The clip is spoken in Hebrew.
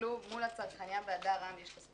אפילו מול הצרכנייה ב"הדר עם" יש כספונטים.